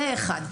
זה דבר ראשון.